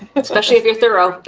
and especially if you're thorough.